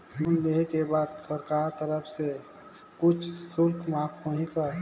Loan लेहे के बाद सरकार कर तरफ से कुछ शुल्क माफ होही का?